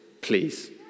please